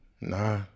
nah